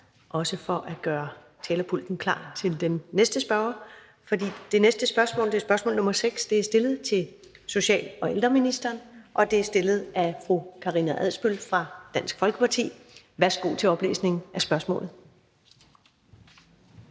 også for at gøre talerpulten klar til den næste spørger. For det næste spørgsmål er spørgsmål nr. 6 til social- og ældreministeren, og det er stillet af fru Karina Adsbøl fra Dansk Folkeparti. Kl. 13:40 Spm.